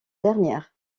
dernières